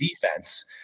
defense